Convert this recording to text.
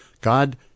God